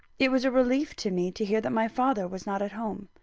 it was a relief to me to hear that my father was not at home.